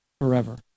forever